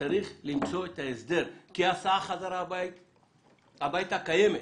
אבל צריך למצוא את ההסדר כי הסעה חזרה הביתה קיימת